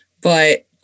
but-